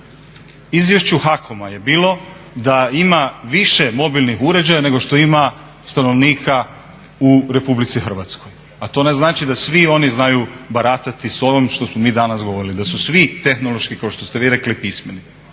izvješću HAKOM-a je bilo da ima više mobilnih uređaja nego što ima stanovnika u RH. A to ne znači da svi oni znaju baratati s ovim što smo mi danas govorili, da su svi tehnološki kao što ste vi rekli pismeni.